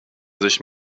sich